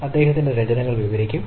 അദ്ദേഹത്തിന്റെ രചനകൾ വിവരിക്കും